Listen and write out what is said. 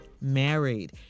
married